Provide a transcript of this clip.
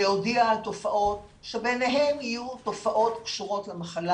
להודיע על תופעות שביניהן יהיו תופעות קשורות למחלה.